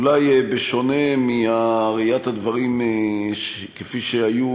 אולי בשונה מראיית הדברים כפי שהיו